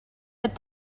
but